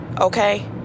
Okay